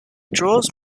draws